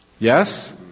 Yes